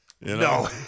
No